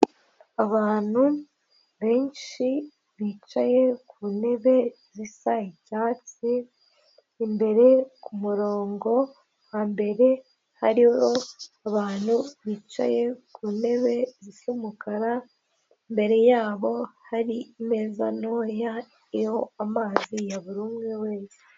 Abantu benshi bicaye ku ntebe zisa icyatsi imbere ku murongo wa mbere hariho abantu bicaye ku ntebe zisa umukara, imbere yabo hari imeza ntoya iriho amazi ya buri umwe wese.